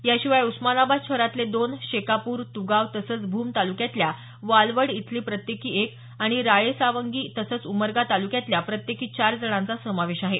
याशिवाय उस्मानाबाद शहरातील दोन शेकापुर तुगाव तसंच भूम तालुक्यातल्या वालवड इथली प्रत्येकी एक आणि राळेसांगवी तसंच उमरगा तालुक्यातील प्रत्येकी चार जणांचा समावेश आहे